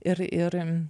ir ir